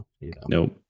nope